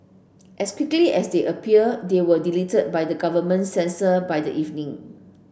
as quickly as they appeared they were deleted by government censor by the evening